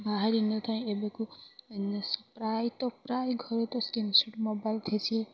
ବାହାରି ନ ଥାଏ ଏବେକୁ ପ୍ରାୟତଃ ପ୍ରାୟ ଘରେ ତ ସ୍କ୍ରିନ୍ ସଟ୍ ମୋବାଇଲ୍ ଥେସି